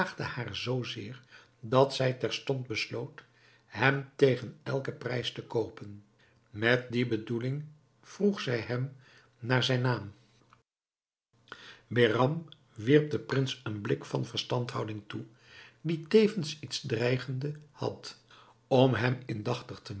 haar zoo zeer dat zij terstond besloot hem tegen elken prijs te koopen met die bedoeling vroeg zij hem naar zijn naam behram wierp den prins een blik van verstandhouding toe die tevens iets dreigende had om hem indachtig te